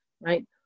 right